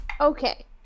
Okay